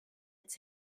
its